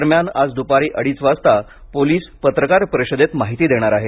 दरम्यान आज दुपारी अडीच वाजता पोलिस पत्रकार परिषदेत माहिती देणार आहेत